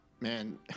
man